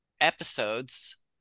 episodes